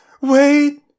Wait